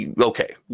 Okay